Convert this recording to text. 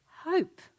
Hope